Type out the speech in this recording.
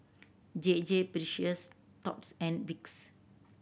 J J Precious Thots and Vicks